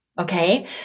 Okay